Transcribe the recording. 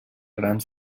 grans